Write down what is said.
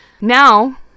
Now